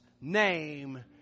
name